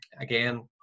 Again